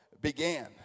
began